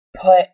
put